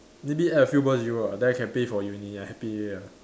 maybe add a few more zero ah then I can pay for uni I happy already